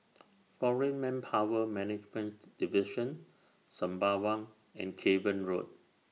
Foreign Manpower Management Division Sembawang and Cavan Road